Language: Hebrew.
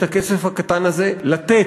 את הכסף הקטן הזה לתת,